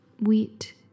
wheat